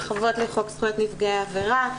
הרחבות לחוק זכויות נפגעי עבירה,